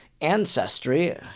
ancestry